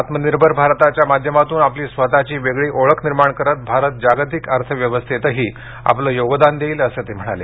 आत्मनिर्भर भारताच्या माध्यमातून आपली स्वतःची वेगळी ओळख निर्माण करत भारत जागतिक अर्थ व्यवस्थेतही आपल योगदान देईल असं ते म्हणाले